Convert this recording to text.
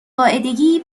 قاعدگی